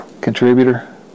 contributor